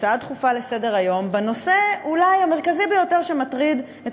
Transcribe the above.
הצעה דחופה לסדר-היום בנושא אולי המרכזי ביותר שמטריד את